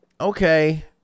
Okay